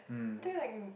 hmm